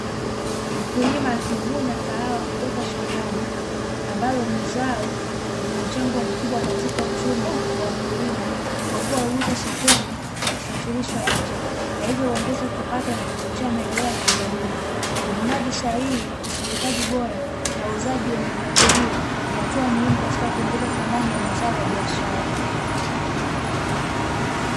Mkulima akivuna kahawa kutoka shambani, ambalo ni zao lenye mchango mkubwa katika uchumi kwa wakulima kwa kuwa huuza sokoni na kusafirishwa nje na hivyo huongeza kipato na kuchochea maendeleo ya kijamii. Uvunaji sahihi, usindikaji bora na uuzaji wenye mpangilio ni hatua muhimu katika kuongeza thamani ya mazao ya biashara.